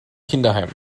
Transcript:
kinderheim